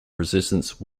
resistance